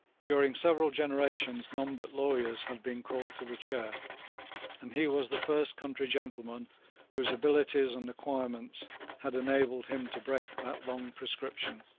during several generations none but lawyers had been called to the chair and he was the first country gentleman whose abilities and acquirements had enabled him to break that long prescription.